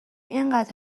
اینقدر